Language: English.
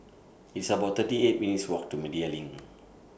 It's about thirty eight minutes' Walk to Media LINK